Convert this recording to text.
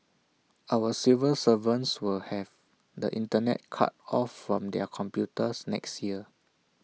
our civil servants will have the Internet cut off from their computers next year